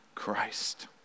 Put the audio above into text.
christ